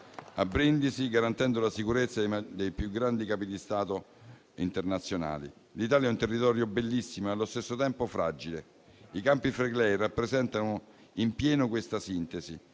di Brindisi, garantendo la sicurezza dei più grandi Capi di Stato internazionali. L'Italia è un territorio bellissimo e allo stesso tempo fragile. I Campi Flegrei rappresentano in pieno questa sintesi: